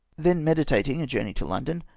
then medi tating a journey to london,